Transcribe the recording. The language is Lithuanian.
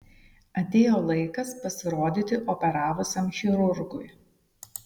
atėjo laikas pasirodyti operavusiam chirurgui